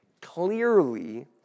Clearly